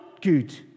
good